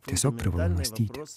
tiesiog privalu mąstyti